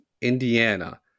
Indiana